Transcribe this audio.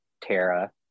Tara